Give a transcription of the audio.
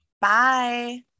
bye